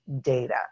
data